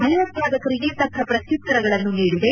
ಭಯೋತ್ವಾದಕರಿಗೆ ತಕ್ಕ ಪ್ರತ್ಯುತ್ತರಗಳನ್ನು ನೀಡಿದೆ